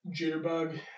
jitterbug